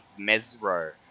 Mesro